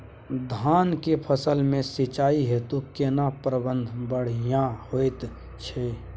धान के फसल में सिंचाई हेतु केना प्रबंध बढ़िया होयत छै?